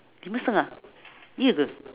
lima setengah ye ke